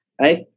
right